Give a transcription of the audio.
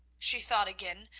she thought again,